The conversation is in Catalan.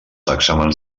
exàmens